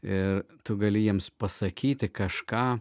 ir tu gali jiems pasakyti kažką